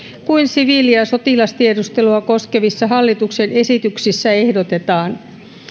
kuin siviili ja ja sotilastiedustelua koskevissa hallituksen esityksissä ehdotetaan